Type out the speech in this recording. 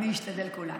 נשתדל כולנו.